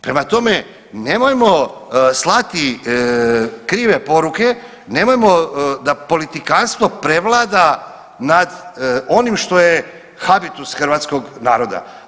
Prema tome nemojmo slati krive poruke, nemojmo da politikantstvo prevlada nad onim što je habitu hrvatskog naroda.